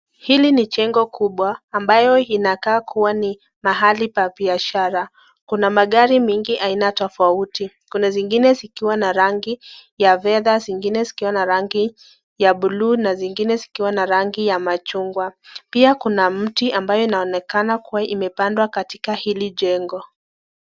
Hili ni jengo kubwa ambayo inakaa kua ni mahali ya biashara . Kuna magari mingi aina tofauti, kuna zingine zikiwa na rangi ya machungwa fedha zingine zikiwa na rangi za buluu na zingine zikiwa na rangi ya machungwa. Pia kuna mti ambayo inaonekana kua imepandwa katika hili jengo.